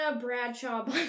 Bradshaw